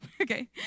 Okay